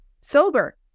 Sober